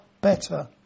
better